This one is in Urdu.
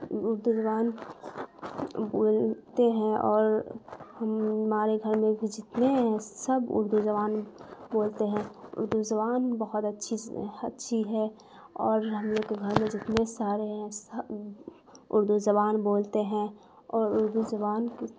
اردو زبان بولتے ہیں اور ہمارے گھر میں بھی جتنے ہیں سب اردو زبان بولتے ہیں اردو زبان بہت اچھی اچھی ہے اور ہم لوگ کے گھر میں جتنے سارے ہیں سب اردو زبان بولتے ہیں اور اردو زبان کی